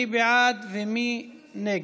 מי בעד ומי נגד?